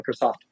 Microsoft